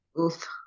Oof